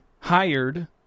hired